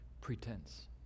pretense